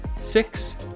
six